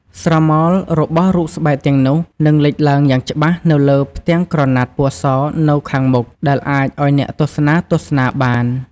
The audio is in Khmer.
ស្រមោលរបស់រូបស្បែកទាំងនោះនឹងរំលេចឡើងយ៉ាងច្បាស់នៅលើផ្ទាំងក្រណាត់ពណ៌សនៅខាងមុខ ដែលអាចឲ្យអ្នកទស្សនាទស្សនាបាន។